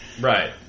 Right